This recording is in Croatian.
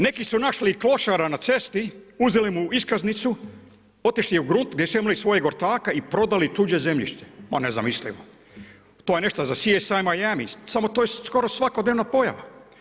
Neki su našli i klošara na cesti, uzeli mu iskaznicu, otišli u grunt gdje su imali svojeg ortaka i prodali tuđe zemljište, pa ne znam … To je nešto za CSI Miami, samo to je skoro svakodnevna pojava.